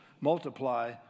multiply